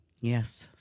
Yes